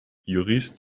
jurist